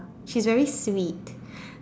she's very sweet